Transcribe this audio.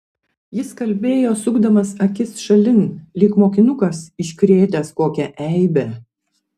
jis kalbėjo sukdamas akis šalin lyg mokinukas iškrėtęs kokią eibę